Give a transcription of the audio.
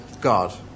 God